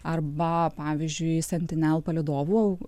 arba pavyzdžiui sentinel palydovų